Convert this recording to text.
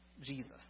Jesus